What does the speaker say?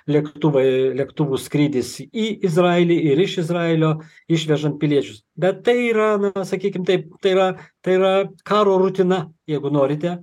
lėktuvai lėktuvų skrydis į izraelį ir iš izraelio išvežant piliečius bet tai yra na sakykim taip tai yra tai yra karo rutina jeigu norite